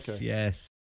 Yes